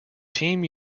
team